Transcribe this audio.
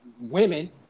women